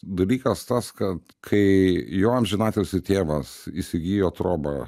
dalykas tas kad kai jo amžinatilsį tėvas įsigijo trobą